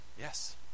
Yes